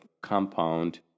compound